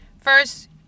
First